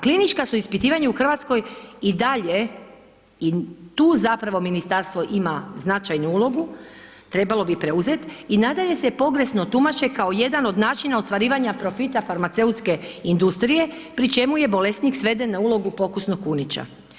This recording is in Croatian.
Klinička su ispitivanja u Hrvatskoj i dalje i tu zapravo ministarstvo ima značajnu ulogu, trebalo bi preuzet i nadalje se pogrešno tumače kao jedan od načina ostvarivanja profita farmaceutske industrije, pri čemu je bolesnik sveden na ulogu pokusnog kunića.